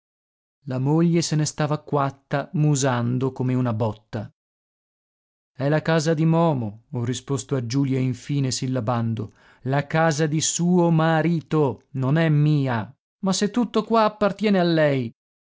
la moglie se ne stava quatta musando come una botta è la casa di momo ho risposto a giulia infine sillabando la casa di suo marito non è mia ma se tutto qua appartiene a lei